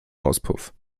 auspuff